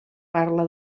parla